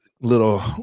little